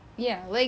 ya like